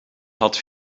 had